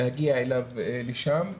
להגיע אליו לשם.